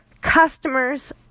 customers